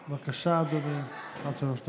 בבקשה, אדוני, עד שלוש דקות.